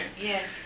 Yes